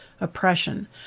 oppression